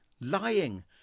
lying